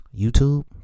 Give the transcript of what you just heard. YouTube